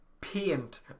paint